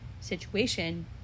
situation